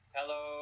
Hello